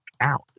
out